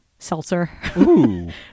seltzer